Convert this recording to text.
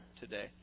today